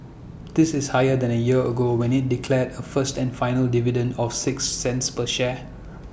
this is higher than A year ago when IT declared A first and final dividend of six cents per share